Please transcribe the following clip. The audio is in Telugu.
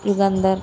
యుగందర్